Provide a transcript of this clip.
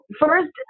first